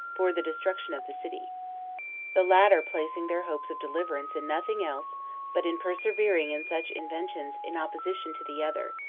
for the destruction of the city the latter placing their hopes of deliverance in nothing else but in persevering in such inventions in opposition to the other,